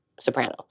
soprano